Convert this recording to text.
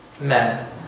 men